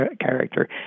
character